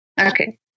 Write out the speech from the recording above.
Okay